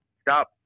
stop